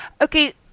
okay